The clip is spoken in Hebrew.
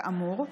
כאמור,